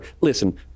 Listen